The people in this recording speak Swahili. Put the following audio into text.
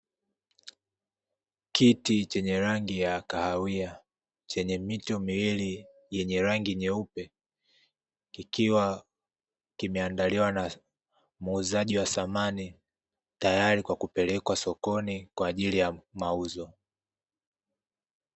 Kiti chenye rangi ya kahawia, chenye mito miwili yenye rangi nyeupe kikiwa kimeandaliwa na muuzaji wa samani tayari kwa ajili kwa kupelekwa sokoni kwa ajili ya mauzo.